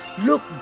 Look